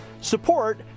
support